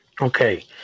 Okay